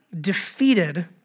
defeated